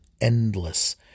endless